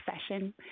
session